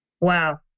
Wow